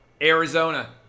Arizona